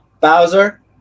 Bowser